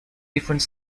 different